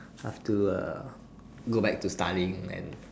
have to uh go back to studying and